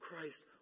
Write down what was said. Christ